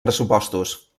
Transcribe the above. pressupostos